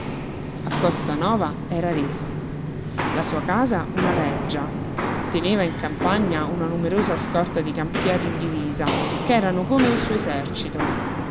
a costanova era re la sua casa una reggia teneva in campagna una numerosa scorta di campieri in divisa ch'erano come il suo esercito